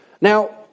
Now